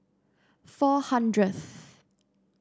four hundredth